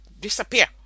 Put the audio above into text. disappear